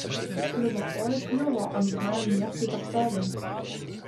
kliuvo oi kliuvo amžinajam miestui ta proga